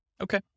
Okay